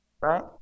right